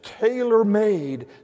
tailor-made